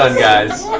ah guys!